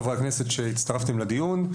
חברי הכנסת שהצטרפתם לדיון.